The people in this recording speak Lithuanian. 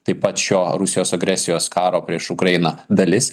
taip pat šio rusijos agresijos karo prieš ukrainą dalis